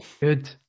Good